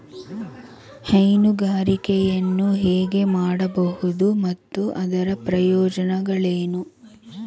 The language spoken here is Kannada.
ಹೈನುಗಾರಿಕೆಯನ್ನು ಹೇಗೆ ಮಾಡಬಹುದು ಮತ್ತು ಅದರ ಪ್ರಯೋಜನಗಳೇನು?